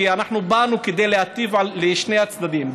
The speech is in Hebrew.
כי אנחנו באנו כדי להיטיב עם שני הצדדים,